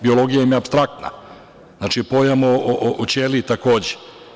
Biologija im je apstraktna, pojam o ćeliji takođe.